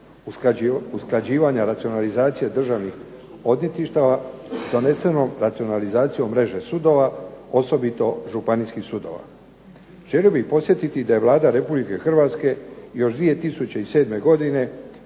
usklađivanja racionalizacije državnih odvjetništava donesemo racionalizaciju mreže sudova, osobito županijskih sudova. Želio bih podsjetiti da je Vlada Republike Hrvatske još 2007. godine